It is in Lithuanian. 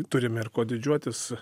turime ir kuo didžiuotis